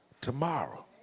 tomorrow